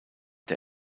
der